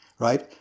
right